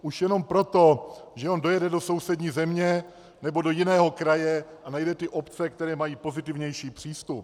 Už jenom proto, že on dojede do sousední země nebo do jiného kraje a najde obce, které mají pozitivnější přístup.